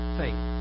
faith